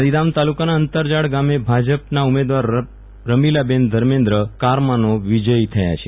ગાંધીધામ તાલુકાના અંતરઝાળગામે ભાજપના ઉમેદવાર રમીલાબેન ધર્મેન્દ્ર વિજયી થયા છે